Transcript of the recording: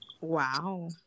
Wow